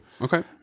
okay